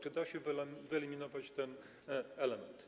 Czy da się wyeliminować ten element?